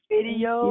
Video